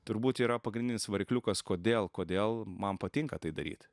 turbūt yra pagrindinis varikliukas kodėl kodėl man patinka tai daryt